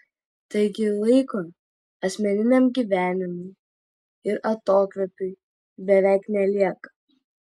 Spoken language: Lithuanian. taigi laiko asmeniniam gyvenimui ir atokvėpiui beveik nelieka